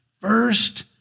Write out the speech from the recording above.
first